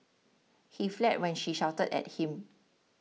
he fled when she shouted at him